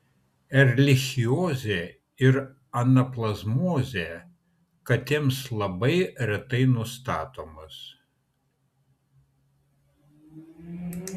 erlichiozė ir anaplazmozė katėms labai retai nustatomos